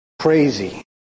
crazy